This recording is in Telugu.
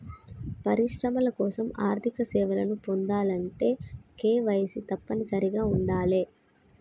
పరిశ్రమల కోసం ఆర్థిక సేవలను పొందాలంటే కేవైసీ తప్పనిసరిగా ఉండాలే